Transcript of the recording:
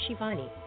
Shivani